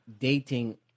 dating